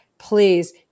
please